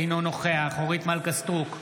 אינו נוכח אורית מלכה סטרוק,